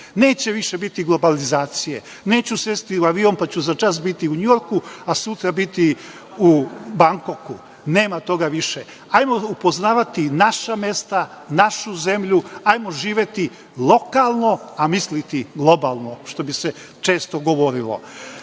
neće više biti globalizacije, neću sesti u avion pa ću začas biti u Njujorku, a sutra biti u Bangkoku. Nema toga više. Hajdemo upoznavati naša mesta, našu zemlju, hajdemo živeti lokalno, a misliti globalno, što bi se često govorilo. Ovo